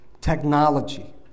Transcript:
technology